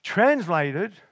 Translated